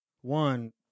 one